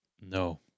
No